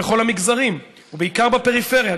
בכל המגזרים ובעיקר בפרפריה,